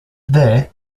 there